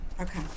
Okay